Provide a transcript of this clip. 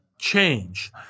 change